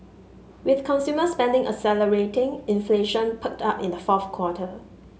with consumer spending accelerating inflation perked up in the fourth quarter